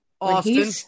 Austin